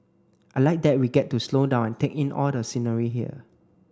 I like that we get to slow down and take in all the scenery here